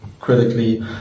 critically